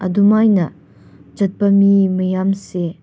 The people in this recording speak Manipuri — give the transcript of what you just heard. ꯑꯗꯨꯃꯥꯏꯅ ꯆꯠꯄ ꯃꯤ ꯃꯌꯥꯝꯁꯦ